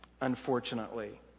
unfortunately